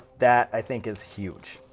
that i think is huge,